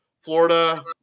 Florida